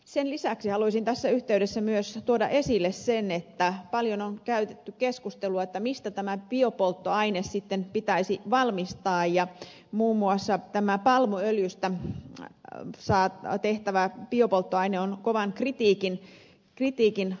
sen lisäksi haluaisin tässä yhteydessä myös tuoda esille sen että paljon on käyty keskustelua siitä mistä tämä biopolttoaine sitten pitäisi valmistaa ja muun muassa palmuöljystä tehtävä biopolttoaine on kovan kritiikin alla